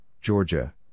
Georgia